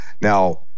Now